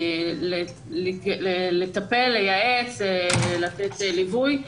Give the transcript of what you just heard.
לטפל, לייעץ, לתת לווי,